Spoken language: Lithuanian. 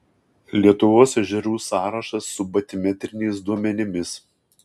lietuvos ežerų sąrašas su batimetriniais duomenimis